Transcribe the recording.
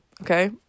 okay